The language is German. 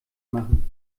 machen